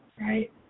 right